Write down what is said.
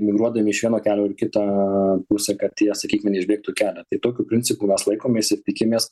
migruodami iš vieno kelio ir kitą pusę kad jie sakykim išbėgtų į kelią tai tokių principų mes laikomės ir tikimės